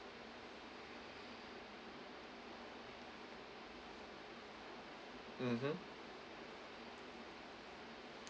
mmhmm